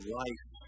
life